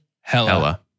Hella